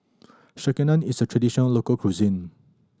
sekihan is a traditional local cuisine